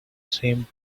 same